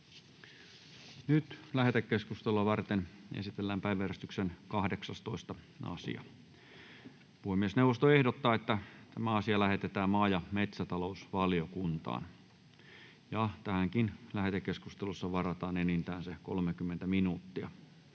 Lähetekeskustelua varten esitellään päiväjärjestyksen 19. asia. Puhemiesneuvosto ehdottaa, että asia lähetetään maa- ja metsätalousvaliokuntaan. Lähetekeskusteluun varataan enintään 30 minuuttia.